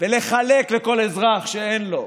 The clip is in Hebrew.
ולחלק לכל אזרח שאין לו.